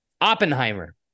oppenheimer